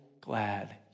glad